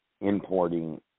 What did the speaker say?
importing